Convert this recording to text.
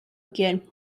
again